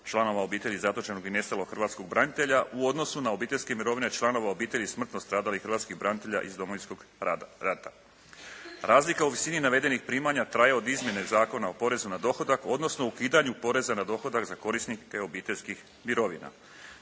članova obitelji zatočenog i nestalog hrvatskog branitelja u odnosu na obiteljske mirovine članova obitelji smrtno stradalih hrvatskih branitelja iz Domovinskog rata. Razlika u visini navedenih primanja traje od izmjene Zakona o porezu na dohodak, odnosno ukidanju poreza na dohodak za korisnike obiteljskih mirovina.